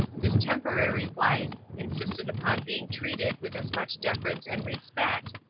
this temporary wife, insisted upon being treated with as much deference and respect,